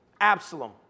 Absalom